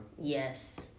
Yes